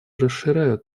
расширяют